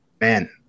man